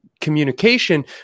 communication